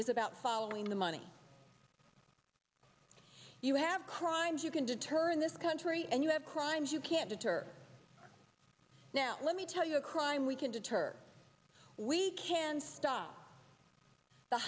is about following the money you have crimes you can deter in this country and you have crimes you can't deter now let me tell you a crime we can deter we can stop the